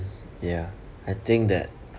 ya I think that